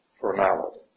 formality